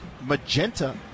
magenta